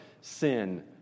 sin